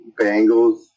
Bengals